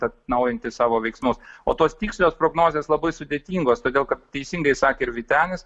atnaujinti savo veiksmus o tos tikslios prognozės labai sudėtingos todėl kad teisingai sakė ir vytenis